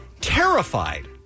terrified